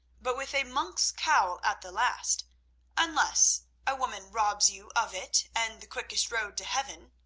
but with a monk's cowl at the last unless a woman robs you of it and the quickest road to heaven.